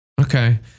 okay